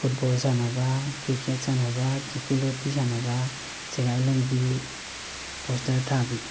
football ꯁꯥꯅꯕ cricket ꯁꯥꯅꯕ ꯀꯤꯀꯨ ꯂꯣꯠꯄꯤ ꯁꯥꯅꯕ ꯆꯦꯒꯥꯏ ꯂꯪꯕꯤ ꯄꯣꯁꯇꯔ ꯊꯥꯕꯤ